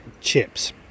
chips